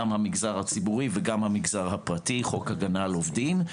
גם המגזר הציבורי וגם המגזר הפרטי חוק הגנה על עובדים.